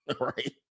right